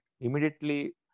immediately